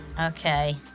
Okay